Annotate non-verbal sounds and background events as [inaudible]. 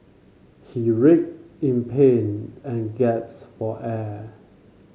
he [unintelligible] in pain and gasped for air